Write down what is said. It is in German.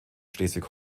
schleswig